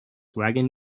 wagon